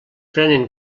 prenen